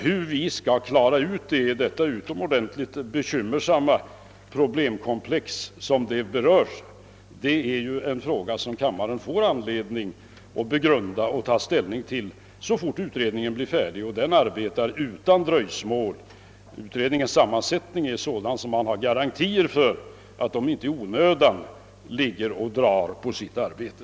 Hur vi skall kunna klara av denna del av hela det utomordentligt bekymmersamma problemkomplex som det gäller är en fråga, som kammarens ledamöter får anledning att begrunda och ta ställning till så snart alkoholpolitiska utredningens arbete är slutfört. Denna utredning arbetar också utan dröjsmål. Utredningens sammansättning är sådan att man har garantier för att den inte i onödan drar ut på sitt arbete.